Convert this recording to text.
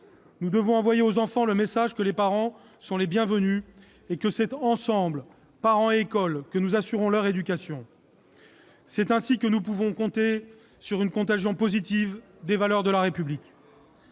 nous devons envoyer aux enfants le message que les parents sont les bienvenus, et que c'est ensemble, parents et école, que nous assurons leur éducation. C'est ainsi que nous pouvons compter sur une contagion positive des valeurs de la République.